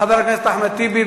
חבר הכנסת אחמד טיבי,